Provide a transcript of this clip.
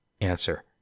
Answer